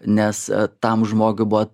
nes tam žmogui buvo